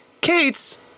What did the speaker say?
Kate's